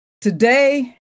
Today